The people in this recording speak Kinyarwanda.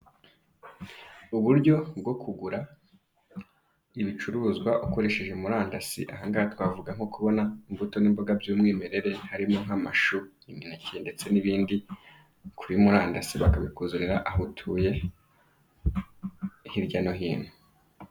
Uburyo bwo kugura ibicuruzwa ukoresheje Murandasi, aha ngaha twavuga nko kubona imbuto n'imboga by'umwimerere, harimo nk'amashu, imineke ndetse n'ibindi kuri Murandasi bakabikuzanira aho utuye hirya no hino.